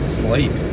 sleep